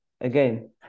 again